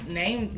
name